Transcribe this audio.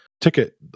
ticket